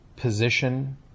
position